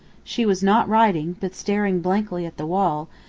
she was not writing, but staring blankly at the wall,